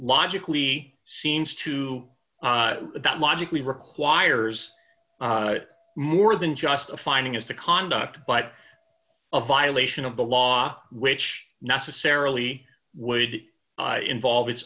logically seems to that logically requires more than just a finding of the conduct but a violation of the law which necessarily would involve its